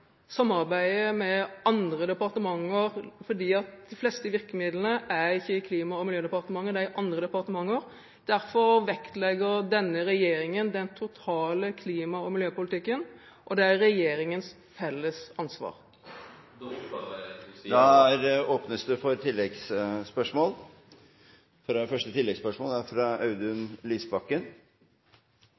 med andre departementer, for de fleste virkemidlene er ikke i Klima- og miljødepartementet, men i andre departementer. Derfor vektlegger denne regjeringen den totale klima- og miljøpolitikken, og det er regjeringens felles ansvar. Da åpnes det for